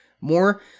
More